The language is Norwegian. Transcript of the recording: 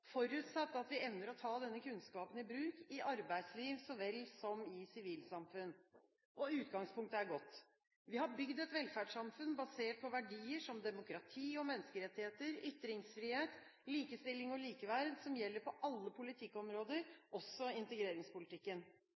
forutsatt at vi evner å ta denne kunnskapen i bruk i arbeidsliv så vel som i sivilsamfunn. Utgangspunktet er godt. Vi har bygd et velferdssamfunn basert på verdier som demokrati og menneskerettigheter, ytringsfrihet, likestilling og likeverd som gjelder på alle politikkområder, også integreringspolitikken.